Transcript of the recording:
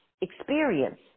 experience